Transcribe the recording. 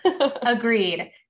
Agreed